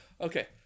Okay